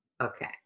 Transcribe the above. Okay